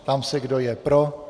Ptám se, kdo je pro.